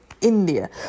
India